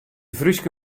fryske